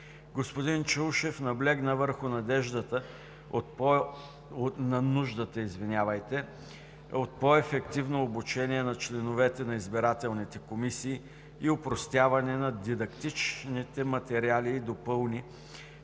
Господин Чаушев наблегна върху нуждата от по-ефективно обучение на членовете на избирателните комисии и опростяването на дидактичните материали и допълни,